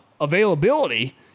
availability